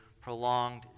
prolonged